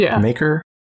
maker